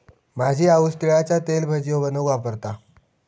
माझी आऊस तिळाचा तेल भजियो बनवूक वापरता